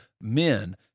men